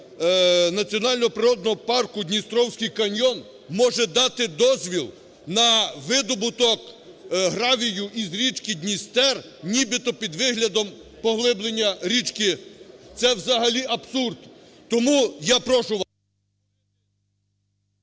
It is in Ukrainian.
Національного природного парку "Дністровський каньйон" може дати дозвіл на видобуток гравію із річки Дністер нібито під виглядом поглиблення річки. Це взагалі абсурд. Тому я прошу вас…